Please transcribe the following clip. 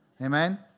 Amen